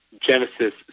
Genesis